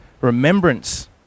remembrance